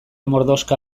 mordoxka